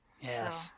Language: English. Yes